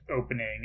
opening